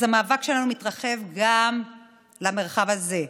אז המאבק שלנו מתרחב גם למרחב הזה.